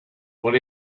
when